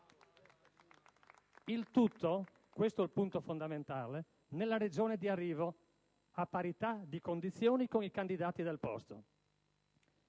Il tutto - questo è il punto fondamentale - nella Regione di arrivo, a parità di condizioni con i candidati del posto.